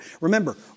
Remember